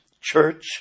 church